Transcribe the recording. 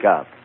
up